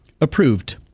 approved